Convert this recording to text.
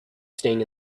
staying